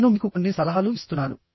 నేను మీకు కొన్ని సలహాలు ఇస్తున్నాను